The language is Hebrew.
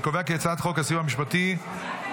אני קובע כי הצעת חוק הסיוע המשפטי (תיקון,